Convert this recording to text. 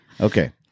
okay